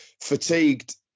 fatigued